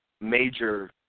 major